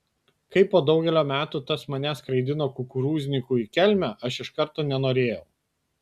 kai po daugelio metų tas mane skraidino kukurūzniku į kelmę aš iš karto nenorėjau